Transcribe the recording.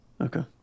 Okay